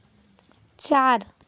চার